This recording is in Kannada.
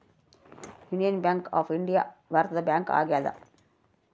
ಯೂನಿಯನ್ ಬ್ಯಾಂಕ್ ಆಫ್ ಇಂಡಿಯಾ ಭಾರತದ ಬ್ಯಾಂಕ್ ಆಗ್ಯಾದ